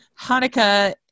Hanukkah